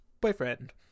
boyfriend